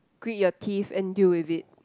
grind your teeth and deal with it